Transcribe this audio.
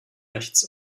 rechts